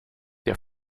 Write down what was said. der